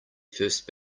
first